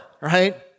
right